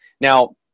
Now